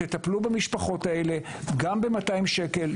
תטפלו במשפחות האלה גם ב-200 שקל.